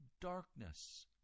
darkness